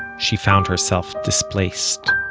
she found herself displaced